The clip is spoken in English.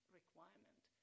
requirement